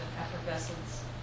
effervescence